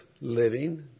living